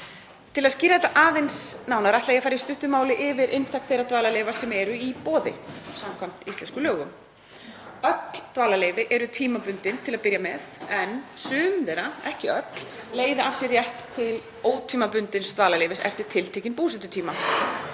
Til að skýra þetta aðeins nánar ætla ég að fara í stuttu máli yfir inntak þeirra dvalarleyfa sem eru í boði samkvæmt íslenskum lögum. Öll dvalarleyfi eru tímabundin til að byrja með en sum þeirra, ekki öll, leiða af sér rétt til ótímabundins dvalarleyfis eftir tiltekinn búsetutíma